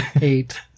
eight